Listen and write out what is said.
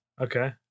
Okay